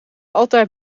altijd